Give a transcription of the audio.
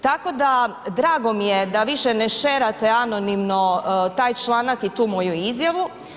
Tako da drago mi je da više ne šerate anonimno taj članak i tu moju izjavu.